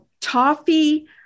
toffee